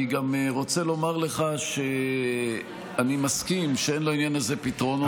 אני גם רוצה לומר לך שאני מסכים שאין לעניין הזה פתרונות קסם,